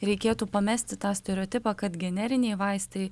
reikėtų pamesti tą stereotipą kad generiniai vaistai